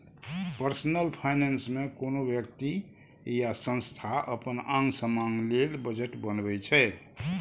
personal finance मे कोनो बेकती या संस्था अपन आंग समांग लेल बजट बनबै छै